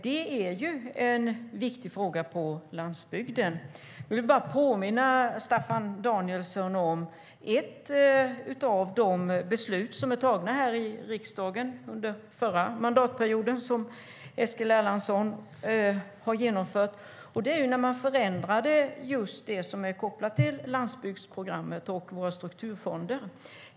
Det är en viktig fråga på landsbygden. Jag vill bara påminna Staffan Danielsson om ett av de beslut som fattades av riksdagen under förra mandatperioden och som Eskil Erlandsson har genomfört. Det gällde en förändring av sådant som är kopplat till landsbygdsprogrammet och våra strukturfonder.